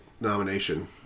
nomination